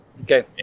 Okay